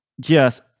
Yes